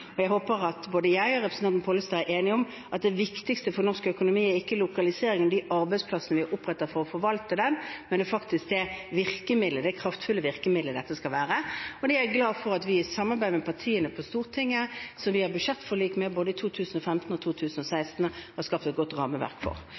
Jeg håper at jeg og representanten Pollestad er enige om at det viktigste for norsk økonomi ikke er lokaliseringen og de arbeidsplassene vi oppretter for å forvalte det, men faktisk det kraftfulle virkemidlet dette skal være. Det er jeg glad for at vi i samarbeid med partiene på Stortinget som vi hadde budsjettforlik med i både 2015 og